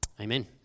Amen